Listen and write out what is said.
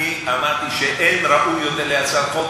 אני אמרתי שאין ראוי יותר להצעת חוק,